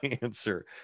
answer